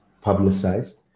publicized